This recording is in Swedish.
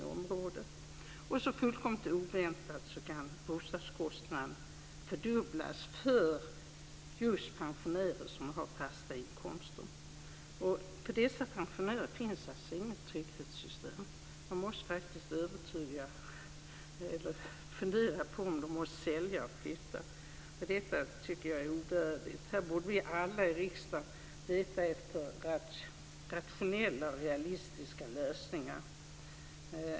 Bostadskostnaden kan alltså fullkomligt oväntat fördubblas för pensionärer som har fasta inkomster. Det finns inget trygghetssystem för dessa pensionärer. De måste faktiskt fundera på om de måste sälja och flytta. Jag tycker att det är ovärdigt. Här borde vi alla i riksdagen leta efter rationella och realistiska lösningar.